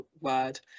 word